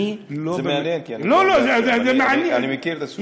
זה מעניין, כי אני מכיר את הסוגיה.